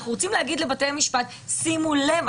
אנחנו רוצים להגיד לבתי המשפט: שימו לב,